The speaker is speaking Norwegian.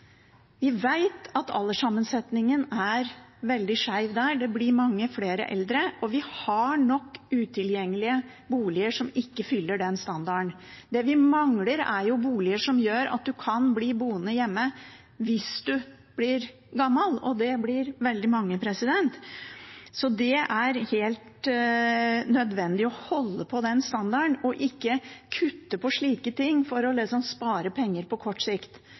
Vi vet at alderssammensetningen er veldig skjev der. Det blir mange flere eldre, og vi har nok utilgjengelige boliger som ikke fyller den standarden. Det vi mangler, er boliger som gjør at man kan bli boende hjemme hvis man blir gammel, og det blir veldig mange. Det er helt nødvendig å holde på den standarden og ikke kutte på slike ting for liksom å spare penger på kort sikt.